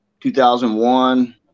2001